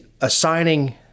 assigning